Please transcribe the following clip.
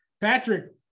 Patrick